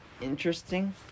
interesting